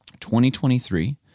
2023